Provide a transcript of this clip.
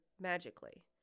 magically